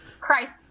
Christ